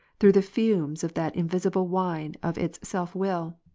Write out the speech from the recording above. through the fumes of that invisi ble wine of its self-will,